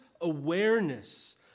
awareness